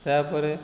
ତା'ପରେ